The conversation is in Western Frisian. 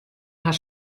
har